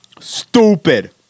stupid